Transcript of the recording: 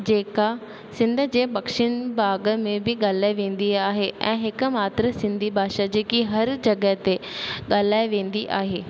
जेका सिंध जे दक्षिन भाॻ में बि ॻाल्हाई वेंदी आहे ऐं हिकु मात्र सिंधी भाषा जेकी हर जॻह ते ॻाल्हाई वेंदी आहे